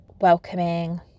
welcoming